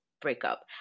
breakup